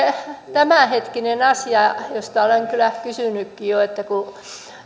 tämänhetkinen asia josta olen kyllä kysynytkin jo